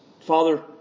Father